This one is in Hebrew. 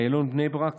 איילון בני ברק,